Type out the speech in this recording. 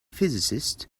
physicists